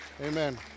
Amen